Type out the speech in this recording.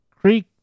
Creek